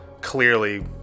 clearly